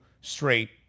straight